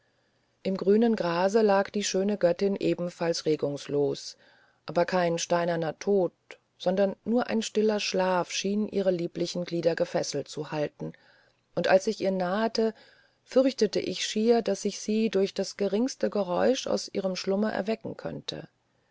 im grünen grase lag die schöne göttin ebenfalls regungslos aber kein steinerner tod sondern nur ein stiller schlaf schien ihre lieblichen glieder gefesselt zu halten und als ich ihr nahete fürchtete ich schier daß ich sie durch das geringste geräusch aus ihrem schlummer erwecken könnte